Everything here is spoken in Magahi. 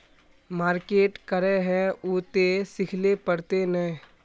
मार्केट करे है उ ते सिखले पड़ते नय?